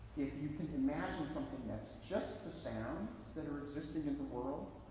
if you can imagine something that's just the sounds that are existing in the world,